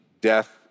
death